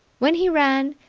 when he ran,